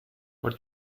what